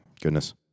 Goodness